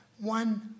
One